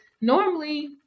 normally